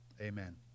amen